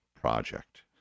project